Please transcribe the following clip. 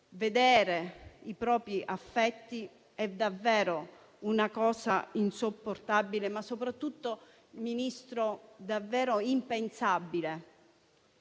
vedere i propri affetti, è davvero una cosa insopportabile, ma soprattutto davvero impensabile.